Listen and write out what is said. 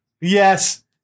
Yes